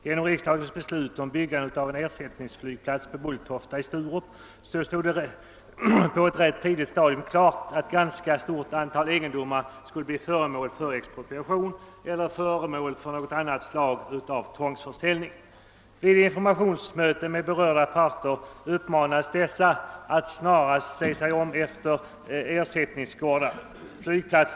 Genom riksdagens beslut om byggande av en ersättningsflygplats för Bulltofta i Sturup stod det på ett rätt tidigt stadium klart att ett ganska stort antal egendomar skulle bli föremål för expropriation eller någon annan form av tvångsförsäljning. Vid ett informationsmöte mellan berörda parter uppmanades ägarna till dessa egendomar att se sig om efter ersättningsgårdar.